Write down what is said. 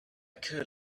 could